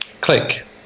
click